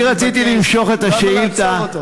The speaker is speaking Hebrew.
אני רציתי למשוך את השאילתה,